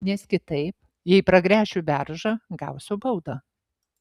nes kitaip jei pragręšiu beržą gausiu baudą